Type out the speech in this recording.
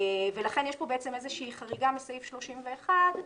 לכן יש פה חריגה מסעיף 31,